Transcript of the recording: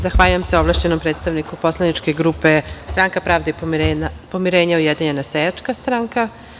Zahvaljujem se ovlašćenom predstavniku poslaničke grupe Stranka pravde i pomirenja, Ujedinjena seljačka stranka.